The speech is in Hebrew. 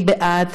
מי בעד?